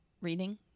reading